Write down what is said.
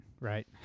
right